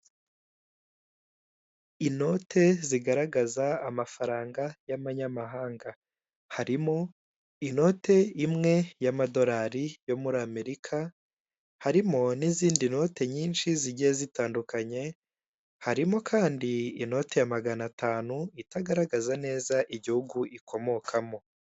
Inote zigaragaza amafaranga y'amanyamahanga. Harimo inote imwe y'amadorari yo muri amerika, harimo n'izindi note nyinshi zigiye zitandukanye harimo kandi inote ya magana atanu itagaragaza neza igihugu ikomokamo.